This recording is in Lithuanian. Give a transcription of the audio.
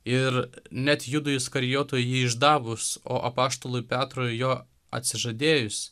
ir net judui iskarijotui jį išdavus o apaštalui petrui jo atsižadėjus